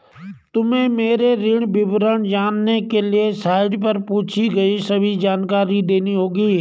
तुम्हें मेरे ऋण विवरण जानने के लिए साइट पर पूछी गई सभी जानकारी देनी होगी